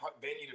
venue